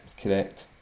correct